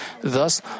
Thus